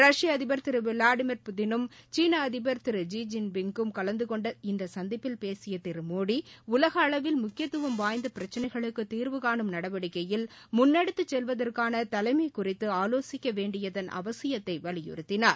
ரஷ்ய அதிபர் திரு விளாடிமிர் புதினும் சீன அதிபர் திரு ஸி ஜின் பிங்கும் கலந்துகொண்ட இந்த சந்திப்பில் பேசிய திரு மோடி உலக அளவில் முக்கியதுவம் வாய்ந்த பிரச்சனைகளுக்கு தீர்வு காணும் நடவடிக்கையில் முன்னெடுத்துச் செல்வதற்கான தலைமை குறித்து ஆலோசிக்க வேண்டியதன் அவசியத்தை வலியுறுத்தினார்